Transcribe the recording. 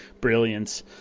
brilliance